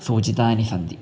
सूचितानि सन्ति